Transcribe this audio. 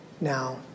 now